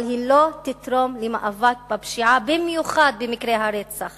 אבל היא לא תתרום למאבק בפשיעה, במיוחד במקרי הרצח